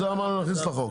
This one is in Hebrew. את זה אמרנו נכניס לחוק,